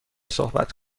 صحبت